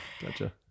gotcha